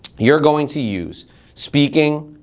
you're going to use speaking,